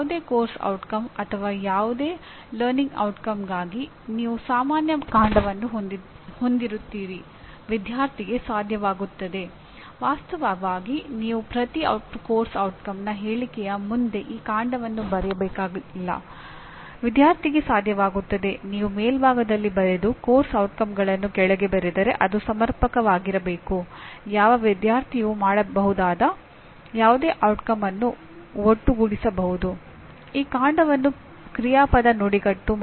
ಉದಾಹರಣೆಗೆ ನೀವು ವಿದ್ಯುತ್ ಸರಬರಾಜು ಅಥವಾ ನೀರು ಸರಬರಾಜು ತೆಗೆದುಕೊಳ್ಳಿ ಎಂಜಿನಿಯರ್ಗಳು ಈ ಉತ್ಪನ್ನಗಳಲ್ಲಿ ಸರಿಯಾದ ರೀತಿಯ ಸೇವೆಗಳನ್ನುಒದಗಿಸಲಾಗಿದೆಯೇ ಎಂದು ಖಚಿತಪಡಿಸಿಕೊಳ್ಳಬೇಕು